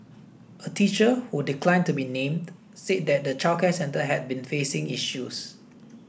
a teacher who declined to be named said that the childcare centre had been facing issues